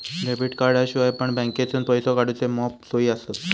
debit कार्डाशिवाय पण बँकेतसून पैसो काढूचे मॉप सोयी आसत